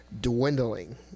dwindling